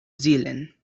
zealand